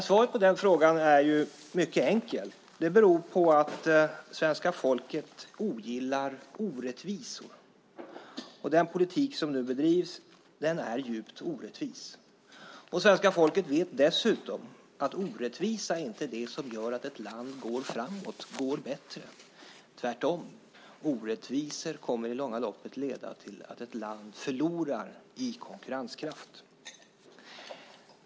Svaret på den frågan är mycket enkelt. Det beror på att svenska folket ogillar orättvisor. Den politik som nu bedrivs är djupt orättvist. Svenska folket vet dessutom att orättvisa inte är det som gör att ett land går framåt och går bättre. Orättvisor kommer tvärtom i det långa loppet att leda till att ett land förlorar i konkurrenskraft.